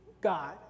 God